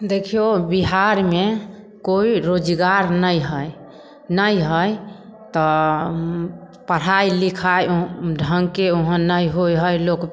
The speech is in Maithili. देखियौ बिहारमे कोइ रोजगार नहि हइ नहि हइ तऽ पढ़ाइ लिखाइ ढङ्गके ओहन नहि होइ हइ लोक